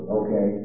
okay